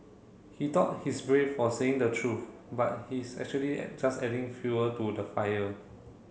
he thought he's brave for saying the truth but he's actually just adding fuel to the fire